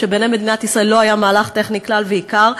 שבעיני מדינת ישראל לא היה מהלך טכני כלל ועיקר,